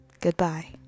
goodbye